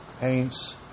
paints